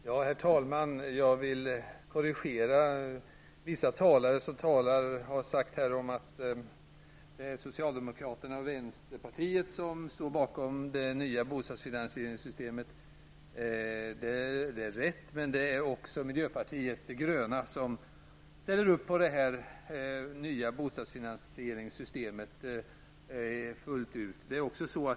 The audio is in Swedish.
Herr talman! Jag vill korrigera vissa talare som har sagt att det är socialdemokraterna och vänsterpartiet som står bakom det nya bostadsfinansieringssystemet. Det är rätt. Men också miljöpartiet de gröna ställer upp på det nya bostadsfinansieringssystemet fullt ut.